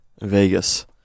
Vegas